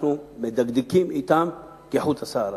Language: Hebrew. אנחנו מדקדקים אתם כחוט השערה.